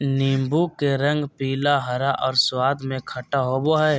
नीबू के रंग पीला, हरा और स्वाद में खट्टा होबो हइ